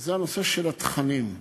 זה הנושא של התכנים.